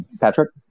Patrick